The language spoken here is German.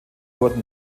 wurden